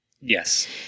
Yes